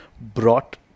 brought